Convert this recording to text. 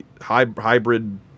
hybrid